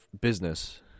business